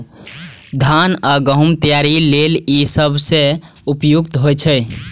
धान आ गहूम तैयारी लेल ई सबसं उपयुक्त होइ छै